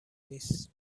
نیست